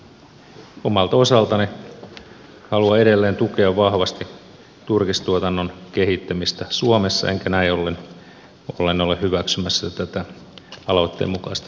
omalta osaltani haluan edelleen tukea vahvasti turkistuotannon kehittämistä suomessa enkä näin ollen ole hyväksymässä tätä aloitteen mukaista kieltoesitystä